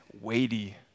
weighty